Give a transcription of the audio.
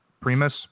Primus